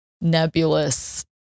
nebulous